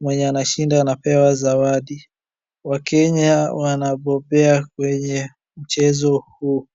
Mwenye anashinda anapewa zawadi. Wakenya wanabobea kwenye mchezo huu.